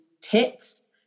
tips